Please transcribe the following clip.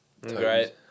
Great